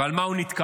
ועל מה הוא נתקע?